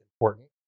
important